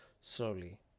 slowly